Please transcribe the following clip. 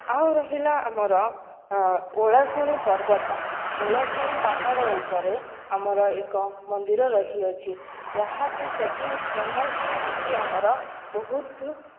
ଆଉ ରହିଲା ଆମର ଓଳାଶୁଣୀ ପର୍ବତ ଓଳାଶୁଣୀ ପାହାଡ଼ ଉପରେ ଆମର ଏକ ମନ୍ଦିର ରହିଅଛି ଯାହାକି ସେଠି ଫେମସ୍ ସେଠି ଆମର ବହୁତ